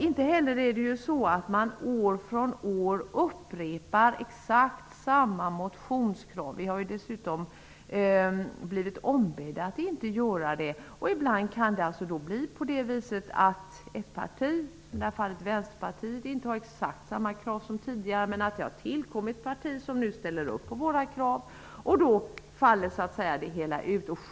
Inte heller upprepar man år efter år exakt samma motionskrav -- vi har dessutom blivit ombedda att inte göra det. Ibland kan det bli så, att ett parti som t.ex. Vänsterpartiet i det här fallet inte har exakt samma krav som tidigare, men att ett annat parti nu ställer sig bakom våra krav. Då faller så att säga det hela ut.